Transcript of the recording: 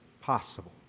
possible